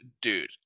dude